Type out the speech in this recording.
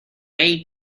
may